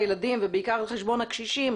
הילדים ובעיקר על חשבון הקשישים,